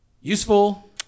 useful